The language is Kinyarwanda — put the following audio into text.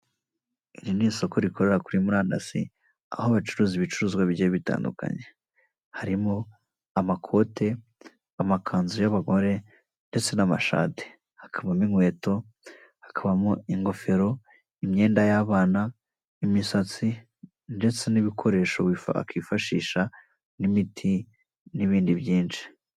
Iri ni isoko rikorera kuri murandasi aho bacuruza ibicuruzwa bigiye bitandukanye, harimo amakote, amakanzu y'abagore ndetse n'amashati, hakabamo inkweto, hakabamo ingofero, imyenda y'abana, imisatsi ndetse n'ibikoresho wakifashisha n'imiti n'ibindi byinshi.